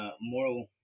moral